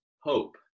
hope